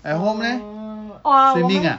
uh orh 我们